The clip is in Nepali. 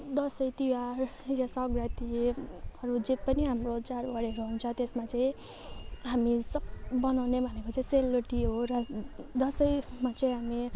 दसैँ तिहार र सङ्क्रान्तिहरू जे पनि हाम्रो चाडबाडहरू हुन्छ त्यसमा चाहिँ हामी सब बनाउने भनेको चाहिँ सेलरोटी हो र दसैँमा चाहिँ हामी